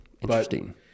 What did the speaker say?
interesting